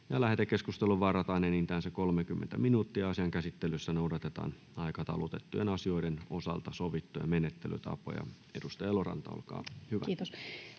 Lähetekeskusteluun varataan enintään 30 minuuttia. Asian käsittelyssä noudatetaan aikataulutettujen asioiden osalta sovittuja menettelytapoja. — Edustaja Eloranta, olkaa hyvä. [Speech